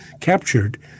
captured